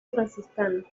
franciscano